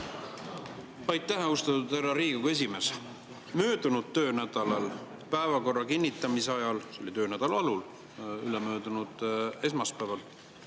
Aitäh, austatud härra Riigikogu esimees! Möödunud töönädalal päevakorra kinnitamise ajal – see oli töönädala alul, ülemöödunud esmaspäeval